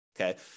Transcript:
okay